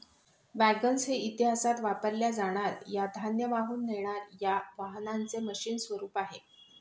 wagons हे इतिहासात वापरल्या जाणार या धान्य वाहून नेणार या वाहनांचे मशीन स्वरूप आहे